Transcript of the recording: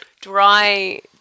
dry